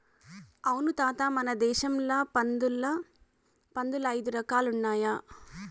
అవును తాత మన దేశంల పందుల్ల ఐదు రకాలుండాయి